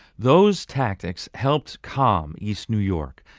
those tactics helped calm east new york.